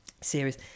series